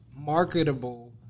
marketable